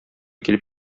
килеп